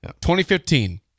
2015